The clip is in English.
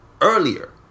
earlier